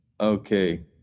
Okay